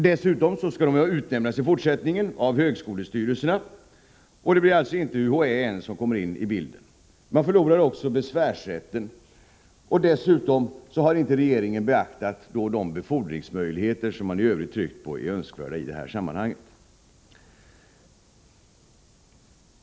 Dessutom skall universitetslektorerna i fortsättningen utnämnas av högskolestyrelserna, och det blir alltså inte UHÄ som kommer ini bilden. De förlorar vidare besvärsrätten. Regeringen har inte heller beaktat de befordringsmöjligheter som man tryckt på som önskvärda i sammanhanget.